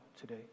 today